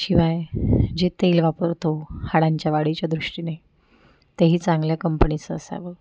शिवाय जे तेल वापरतो हाडांच्या वाढीच्या दृष्टीने तेही चांगल्या कंपनीचं असावं